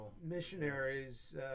missionaries